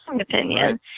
opinion